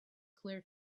clear